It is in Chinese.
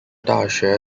大学